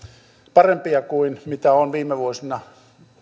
parempia kuin ovat viime vuosina